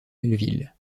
melville